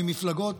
ממפלגות,